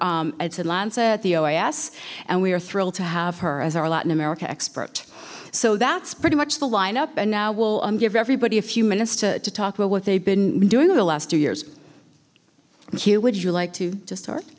oas and we are thrilled to have her as our latin america expert so that's pretty much the lineup and now we'll give everybody a few minutes to talk about what they've been doing the last two years here would you like to to start